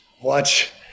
watch